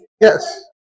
Yes